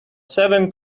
seven